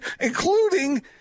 Including